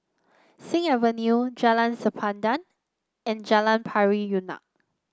Sing Avenue Jalan Sempadan and Jalan Pari Unak